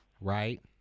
right